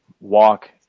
walk